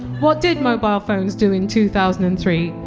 what did mobile phones do in two thousand and three?